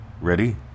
Ready